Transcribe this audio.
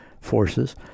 forces